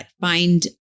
find